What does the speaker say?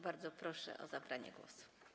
Bardzo proszę o zabranie głosu.